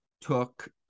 took